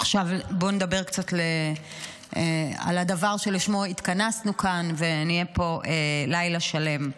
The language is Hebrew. עכשיו בואו נדבר על הדבר שלשמו נתכנסו כאן ונהיה פה לילה שלם.